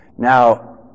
Now